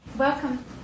Welcome